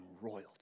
royalty